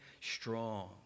strong